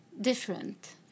different